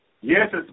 Yes